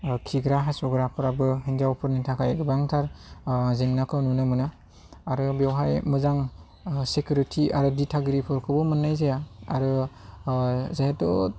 खिग्रा हासुग्राफ्राबो हिनजावफोरनि थाखाय गोबांथार जेंनाखौ नुनो मोनो आरो बेवहाय मोजां सिकिउरिटि आरो दिथागिरिफोरखौबो मोननाय जाया आरो जिहेथु